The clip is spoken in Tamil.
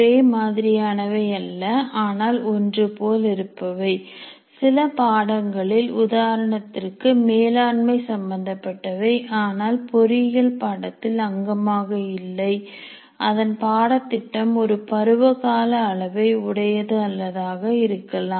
ஒரே மாதிரியானவை அல்ல ஆனால் ஒன்றுபோல் இருப்பவை சில பாடங்களில் உதாரணத்திற்கு மேலாண்மை சம்பந்தப்பட்டவை ஆனால் பொறியியல் பாடத்தில் அங்கமாக இல்லை அதன் பாடத்திட்டம் ஒரு பருவ கால அளவை உடையது அல்லதாக இருக்கலாம்